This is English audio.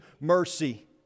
mercy